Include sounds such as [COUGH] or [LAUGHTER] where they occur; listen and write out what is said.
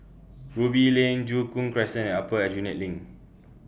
[NOISE] Ruby Lane Joo Koon Crescent and Upper Aljunied LINK